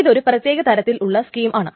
ഇതൊരു പ്രത്യേക തരത്തിലുള്ള സ്കീം ആണ്